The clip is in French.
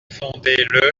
fondée